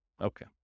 Okay